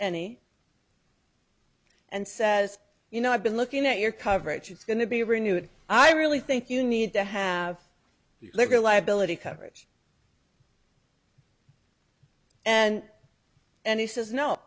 any and says you know i've been looking at your coverage it's going to be renewed i really think you need to have let your liability coverage and and he says no